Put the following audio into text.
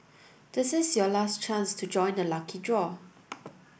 this is your last chance to join the lucky draw